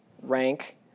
rank